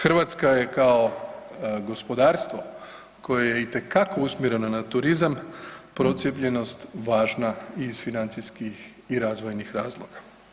Hrvatska je kao gospodarstvo koje je itekako usmjereno na turizam procijepljenost važna i iz financijskih i razvojnih razloga.